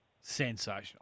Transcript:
Sensational